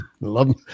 Love